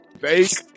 fake